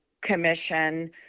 commission